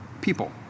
people